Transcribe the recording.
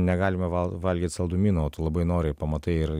negalima val valgyt saldumynų o tu labai nori ir pamatai ir